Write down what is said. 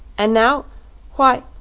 and now why,